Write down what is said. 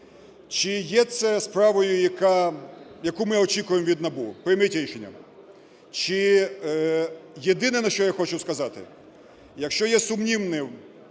Чи є це справою, яку ми очікуємо від НАБУ, – прийміть рішення. Єдине, що я хочу сказати, якщо є сумнівним,